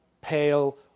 pale